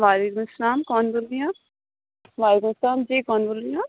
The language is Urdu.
وعلیکم السّلام کون بول رہی ہیں آپ وعلیکم السّلام جی کون بول رہی ہیں آپ